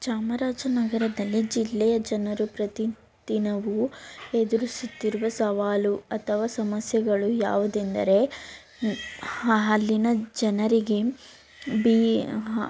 ಚಾಮರಾಜ ನಗರದಲ್ಲಿ ಜಿಲ್ಲೆಯ ಜನರು ಪ್ರತಿ ದಿನವೂ ಎದುರಿಸುತ್ತಿರುವ ಸವಾಲು ಅಥವಾ ಸಮಸ್ಯೆಗಳು ಯಾವುದೆಂದರೆ ಅಲ್ಲಿನ ಜನರಿಗೆ ಬಿ